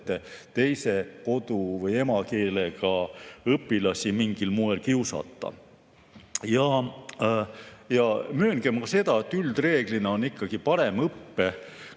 et teise kodu‑ või emakeelega õpilasi mingil moel kiusata. Mööngem ka seda, et üldreeglina on ikkagi parem